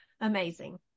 amazing